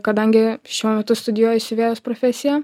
kadangi šiuo metu studijuoju siuvėjos profesiją